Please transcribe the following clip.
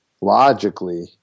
Logically